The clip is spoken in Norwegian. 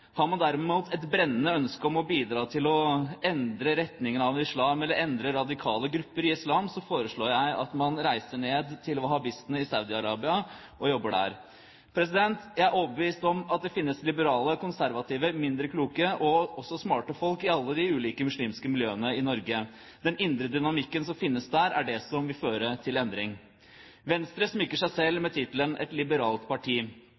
Har man derimot et brennende ønske om å bidra til å endre retningen av islam eller endre radikale grupper i islam, foreslår jeg at man reiser ned til wahhabistene i Saudi-Arabia og jobber der. Jeg er overbevist om at det finnes liberale, konservative, mindre kloke og også smarte folk i alle de ulike muslimske miljøene i Norge. Den indre dynamikken som finnes der, er det som vil føre til endring. Venstre smykker seg selv med tittelen «et liberalt parti»,